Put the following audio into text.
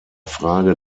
frage